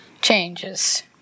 Changes